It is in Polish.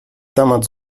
temat